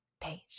page